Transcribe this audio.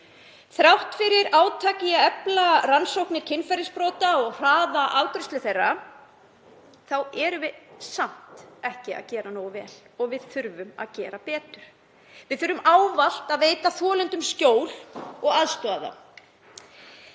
Þrátt fyrir átak í að efla rannsóknir kynferðisbrotamála og hraða afgreiðslu þeirra erum við samt ekki að gera nógu vel. Við þurfum að gera betur. Við þurfum ávallt að veita þolendum skjól og aðstoða þá.